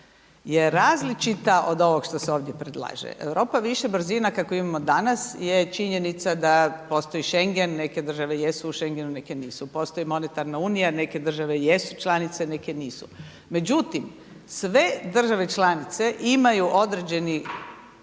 je različita od ovog što se ovdje predlaže. Europa više brzina kakvu imamo danas je činjenica da postoji Schengen, neke države jesu u Schengenu, neke nisu. Postoji Monetarna unija, neke države jesu članice, neke nisu. Međutim, sve države članice imaju određeni